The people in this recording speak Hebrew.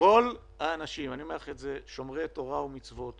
כל שומרי תורה ומצוות